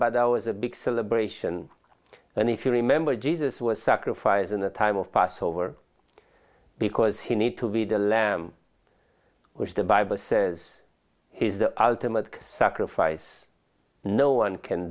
i was a big celebration and if you remember jesus was sacrifice in the time of passover because he need to be the lamb which the bible says is the ultimate sacrifice no one can